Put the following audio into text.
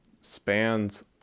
spans